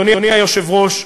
אדוני היושב-ראש,